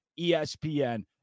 ESPN